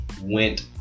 went